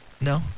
No